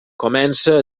comença